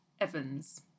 evans